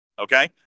Okay